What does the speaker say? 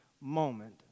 moment